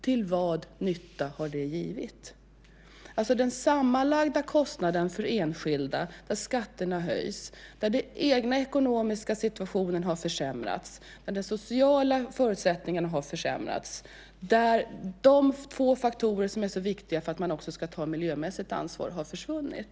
Till vad nytta? Det är fråga om sammanlagda kostnader för enskilda där skatterna har höjts, där den egna ekonomiska situationen har försämrats, där de sociala förutsättningarna har försämrats och de få faktorer som är så viktiga för att ta miljömässigt ansvar har försvunnit.